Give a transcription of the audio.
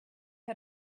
had